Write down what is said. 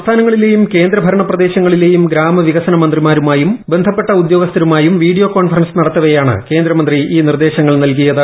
സംസ്ഥാനങ്ങളില്ലെയും കേന്ദ്ര ഭരണ പ്രദേശങ്ങളിലെയും ഗ്രാമവികസന ഗ്രന്ത്രീമാരുമായും ബന്ധപ്പെട്ട ഉദ്യോഗസ്ഥരുമായും വീഡിയോ പ്രക്യോൺഫറൻസ് നടത്തവെയാണ് കേന്ദ്രമന്ത്രി ഈ നിർദ്ദേശങ്ങൾ നീൽകിയത്